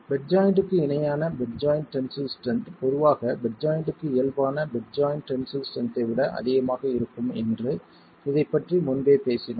bed ஜாய்ண்ட்க்கு இணையான bed joint tensile strength பொதுவாக பெட் ஜாய்ண்ட்க்கு இயல்பான பெட் ஜாய்ண்ட் டென்சில் ஸ்ட்ரென்த்தை விட அதிகமாக இருக்கும் என்று இதைப் பற்றி முன்பே பேசினோம்